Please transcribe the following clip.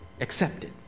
accepted